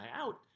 out